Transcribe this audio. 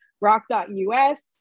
rock.us